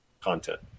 content